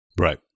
Right